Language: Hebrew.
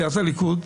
סיעת הליכוד,